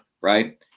right